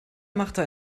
machte